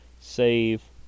save